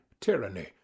tyranny